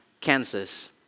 Kansas